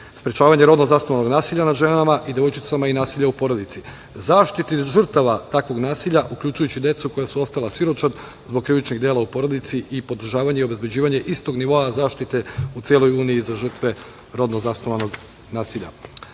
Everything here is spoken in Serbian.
sprečavanje rodno zasnovanog nasilja nad ženama i devojčicama i nasilje u porodici, zaštiti žrtava takvog nasilja uključujući decu koja su ostala siročad zbog krivičnih dela u porodici i podržavanje i obezbeđivanje istog nivoa zaštite u celoj Uniji za žrtve rodno zasnovanog nasilja. Kada